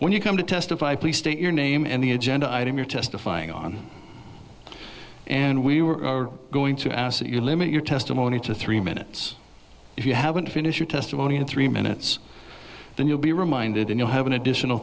when you come to testify please state your name and the agenda item you're testifying on and we were going to ask that you limit your testimony to three minutes if you haven't finished your testimony in three minutes then you'll be reminded and you'll have an additional